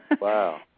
Wow